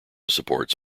supports